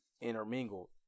intermingled